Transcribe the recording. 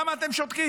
למה אתם שותקים?